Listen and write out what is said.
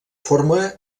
forma